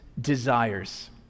desires